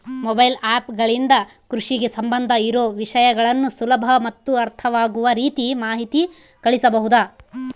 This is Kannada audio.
ಮೊಬೈಲ್ ಆ್ಯಪ್ ಗಳಿಂದ ಕೃಷಿಗೆ ಸಂಬಂಧ ಇರೊ ವಿಷಯಗಳನ್ನು ಸುಲಭ ಮತ್ತು ಅರ್ಥವಾಗುವ ರೇತಿ ಮಾಹಿತಿ ಕಳಿಸಬಹುದಾ?